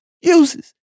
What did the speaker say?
uses